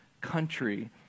country